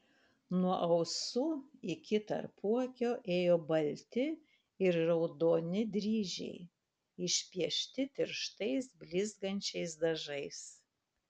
nuo ausų iki tarpuakio ėjo balti ir raudoni dryžiai išpiešti tirštais blizgančiais dažais